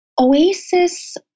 Oasis